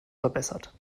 verbessert